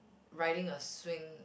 riding a swing